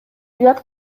уят